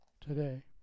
today